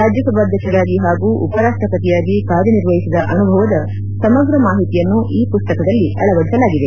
ರಾಜ್ಣ ಸಭಾಧ್ಯಕ್ಷರಾಗಿ ಹಾಗೂ ಉಪರಾಷ್ಷಪತಿಯಾಗಿ ಕಾರ್ಯನಿರ್ವಹಿಸಿದ ಅನುಭವದ ಸಮಗ್ರ ಮಾಹಿತಿಯನ್ನು ಈ ಪುಸ್ತಕದಲ್ಲಿ ಅಳವಡಿಸಲಾಗಿದೆ